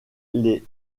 les